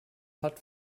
hat